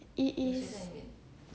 it is